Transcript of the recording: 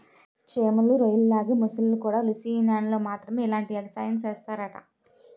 చేమలు, రొయ్యల్లాగే మొసల్లుకూడా లూసియానాలో మాత్రమే ఇలాంటి ఎగసాయం సేస్తరట